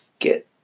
get